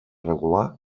irregular